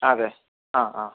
അതെ ആ ആ